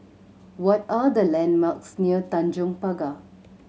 what are the landmarks near Tanjong Pagar